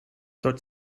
tot